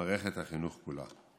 מערכת החינוך כולה.